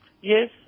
Yes